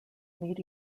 meet